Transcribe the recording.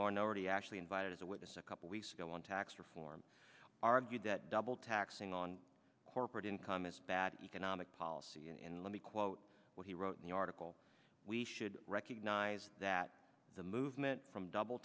nobody actually invited as a witness a couple weeks ago on tax reform argued that double taxing on corporate income is bad economic policy and let me quote what he wrote in the article we should recognize that the movement from double